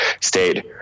stayed